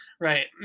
Right